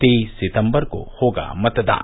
तेईस सितम्बर को होगा मतदान